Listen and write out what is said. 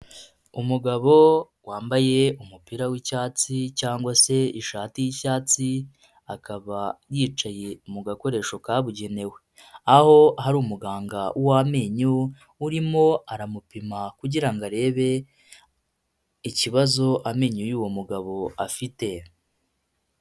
Umugabo wambaye umupira w'icyatsi cyangwa se ishati y'icyatsi, akaba yicaye mu gakoresho kabugenewe, aho hari umuganga w'amenyo urimo aramupima kugira ngo arebe ikibazo amenyo y'uwo mugabo afite.